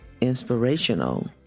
Inspirational